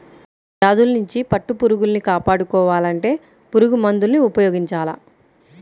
వ్యాధుల్నించి పట్టుపురుగుల్ని కాపాడుకోవాలంటే పురుగుమందుల్ని ఉపయోగించాల